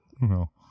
No